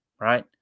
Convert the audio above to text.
Right